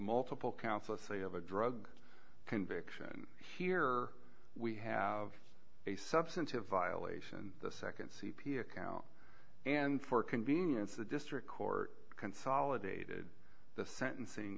multiple counts of say of a drug conviction here we have a substantive violation the nd c p account and for convenience the district court consolidated the sentencing